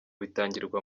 bitangirwa